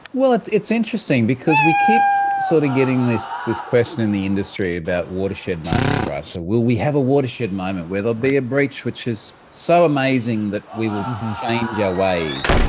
well, it's it's interesting, because we keep sort of getting this this question in the industry about watershed moments, right? so will we have a watershed moment where there will be a breach which is so amazing that we will change our ways?